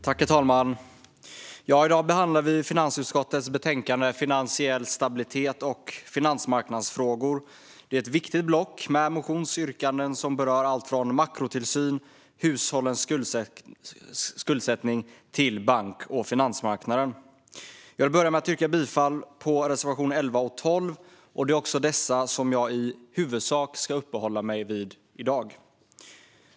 Herr talman! I dag behandlar vi finansutskottets betänkande Finansiell stabilitet och finansmarknadsfrågor . Det är ett viktigt block med motionsyrkanden som berör allt från makrotillsyn och hushållens skuldsättning till bank och finansmarknaden. Jag vill börja med att yrka bifall till reservationerna 11 och 12, och det är också dessa som jag i huvudsak ska uppehålla mig vid i dag.